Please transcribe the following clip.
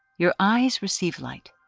your eyes receive light,